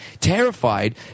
terrified